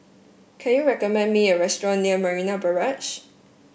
can you recommend me a restaurant near Marina Barrage